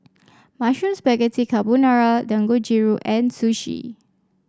Mushroom Spaghetti Carbonara Dangojiru and Sushi